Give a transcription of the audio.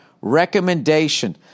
recommendation